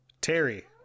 Terry